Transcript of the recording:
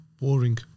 boring